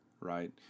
Right